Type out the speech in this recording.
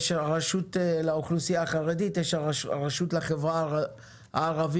יש גם את הרשות לאוכלוסייה החרדית ואת הרשות לחברה הערבית.